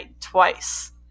twice